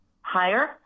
higher